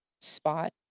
spot